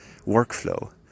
workflow